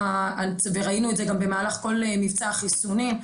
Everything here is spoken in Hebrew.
וראינו את זה גם במהלך כל מבצע החיסונים,